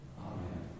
Amen